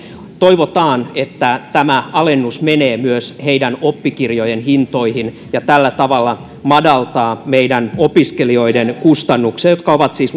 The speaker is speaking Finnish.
toivotaan että tämä alennus menee myös heidän oppikirjojensa hintoihin ja tällä tavalla madaltaa meidän opiskelijoidemme kustannuksia jotka ovat siis